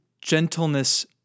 gentleness